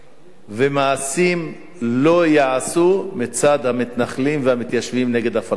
ומעשים שלא ייעשו מצד המתנחלים והמתיישבים נגד הפלסטינים.